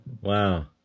Wow